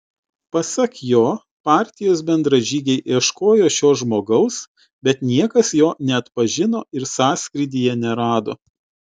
pasak jo partijos bendražygiai ieškojo šio žmogaus bet niekas jo neatpažino ir sąskrydyje nerado